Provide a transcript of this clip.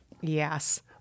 Yes